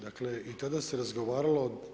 Dakle, i tada se razgovaralo.